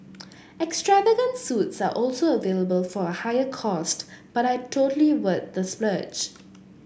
extravagant suites are also available for a higher cost but I totally worth the splurge